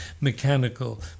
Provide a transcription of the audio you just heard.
mechanical